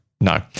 No